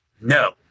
no